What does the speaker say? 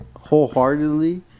wholeheartedly